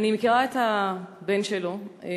אני מכירה את הבן שלו,